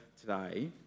today